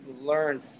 learn